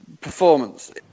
performance